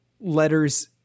letters